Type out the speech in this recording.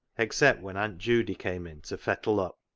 except when aunt judy came in to fettle up.